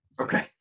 Okay